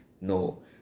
No